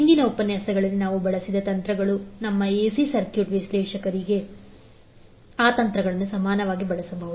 ಹಿಂದಿನ ಉಪನ್ಯಾಸಗಳಲ್ಲಿ ನಾವು ಬಳಸಿದ ತಂತ್ರಗಳು ನಮ್ಮ ಎಸಿ ಸರ್ಕ್ಯೂಟ್ ವಿಶ್ಲೇಷಕರಿಗೆ ನಾವು ಆ ತಂತ್ರಗಳನ್ನು ಸಮಾನವಾಗಿ ಬಳಸಬಹುದು